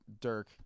dirk